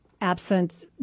absent